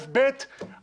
דבר שני,